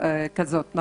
אני